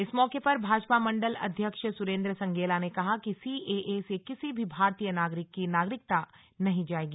इस मौके पर भाजपा मंडल अध्यक्ष सुरेंद्र संगेला ने कहा कि सीएए से किसी भी भारतीय नागरिक की नागरिकता नहीं जाएगी